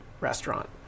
restaurant